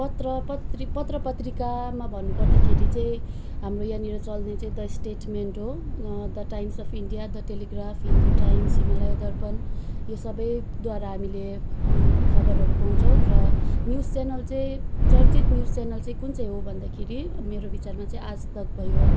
पत्र पत्रि पत्रपत्रिकामा भन्नु पर्दाखेरि चाहिँ हाम्रो यहाँनिर चल्ने चाहिँ द स्टेटमेन्ट हो the times of India the telegraph Hindu times Himalaya Darpan यो सबैद्वारा हामीले खबरहरू पाउँछौँ र न्युज च्यानल चाहिँ चर्चित न्युज च्यानल चाहिँ कुन चाहिँ हो भन्दाखेरि मेरो विचारमा चाहिँ आजतक भयो